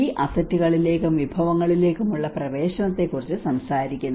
ഈ അസറ്റുകളിലേക്കും വിഭവങ്ങളിലേക്കും ഉള്ള പ്രവേശനത്തെക്കുറിച്ച് സംസാരിക്കുന്നു